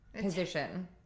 position